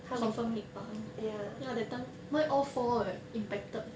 confirm need 拔 ya that time my all four eh impacted